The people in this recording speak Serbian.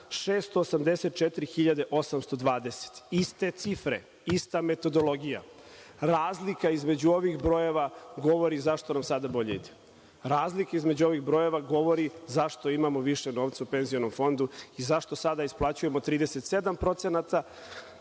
820. Iste cifre, ista metodologija. Razlika između ovih brojeva govori zašto nam sada bolje ide. Razlika između ovih brojeva govori zašto imamo više novca u penzionom fondu i zašto sada isplaćujemo 37% državne